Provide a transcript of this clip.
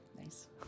Nice